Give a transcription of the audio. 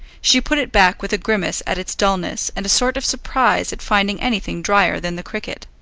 she put it back with a grimace at its dullness and a sort of surprise at finding anything drier than the cricket.